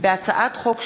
ראובן ריבלין,